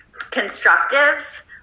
constructive